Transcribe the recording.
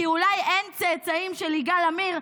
כי אולי אין צאצאים של יגאל עמיר,